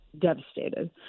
devastated